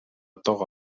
toga